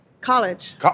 College